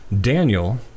Daniel